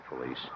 police